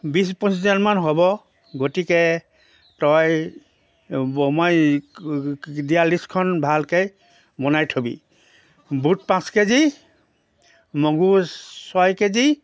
বিছ পঁচিছজন মান হ'ব গতিকে তই মই দিয়া লিষ্টখন ভালকৈ বনাই থ'বি বুট পাঁচ কে জি মগু ছয় কে জি